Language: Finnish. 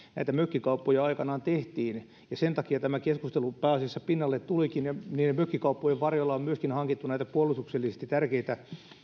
näitä mökkikauppoja aikanaan tehtiin ja sen takia tämä keskustelu pääasiassa pinnalle tulikin ja niiden mökkikauppojen varjolla on hankittu myöskin näitä puolustuksellisesti tärkeitä